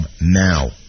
now